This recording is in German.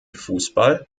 fußball